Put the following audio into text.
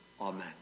amen